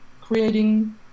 creating